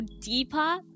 deeper